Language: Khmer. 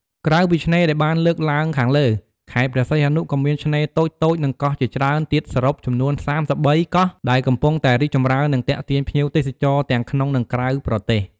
ក្រៅពីឆ្នេរដែលបានលើកឡើងខាងលើ ខេត្តព្រះសីហនុក៏មានឆ្នេរតូចៗ និងកោះជាច្រើនទៀតសរុបចំនួន ៣៣ កោះដែលកំពុងតែរីកចម្រើន និងទាក់ទាញភ្ញៀវទេសចរទាំងក្នុងនិងក្រៅប្រទេស។